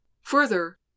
Further